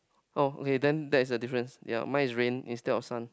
oh okay then that's the difference ya mine is rain instead of sun